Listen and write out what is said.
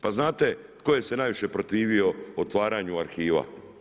Pa znate tko se najviše protivio otvaranju arhiva?